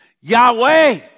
Yahweh